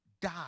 die